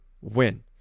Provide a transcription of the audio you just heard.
win